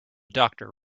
doctor